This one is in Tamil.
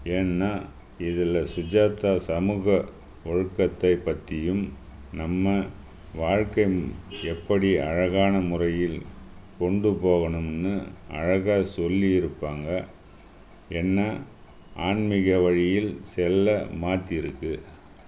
ஏன்னால் இதில் சுஜாதா சமூக ஒழுக்கத்தை பற்றியும் நம்ம வாழ்க்கை எப்படி அழகான முறையில் கொண்டு போகணும்னு அழகாக சொல்லி இருப்பாங்க என்னை ஆன்மீக வழியில் செல்ல மாற்றி இருக்குது